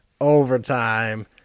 overtime